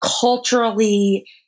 culturally